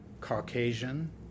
Caucasian